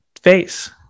face